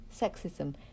sexism